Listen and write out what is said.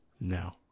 No